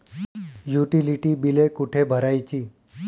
Utility बिले कुठे भरायची?